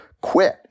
quit